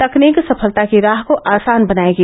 तकनीक सफलता की राह को आसान बनायेगी